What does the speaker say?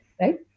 right